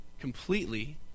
completely